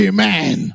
Amen